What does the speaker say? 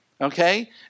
okay